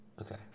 Okay